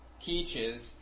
teaches